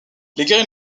guerriers